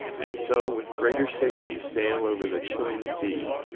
and so with greater safety sail over the chilling sea.